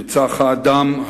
נרצח האדם,